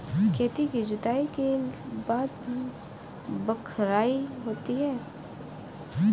खेती की जुताई के बाद बख्राई होती हैं?